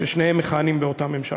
כששניהם מכהנים באותה ממשלה.